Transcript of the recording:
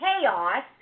chaos